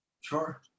Sure